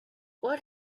what